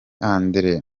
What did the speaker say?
andire